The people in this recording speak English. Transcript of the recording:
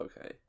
Okay